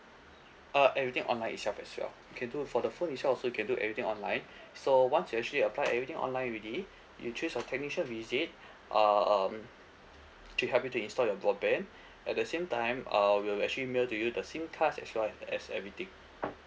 uh everything online itself as well you can do for the phone itself also you can do everything online so once you actually apply everything online already you choose a technician visit uh um to help you to install your broadband at the same time err we'll actually mail to you the SIM cards as well as as everything